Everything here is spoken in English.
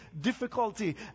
difficulty